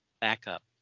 backup